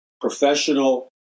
professional